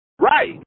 Right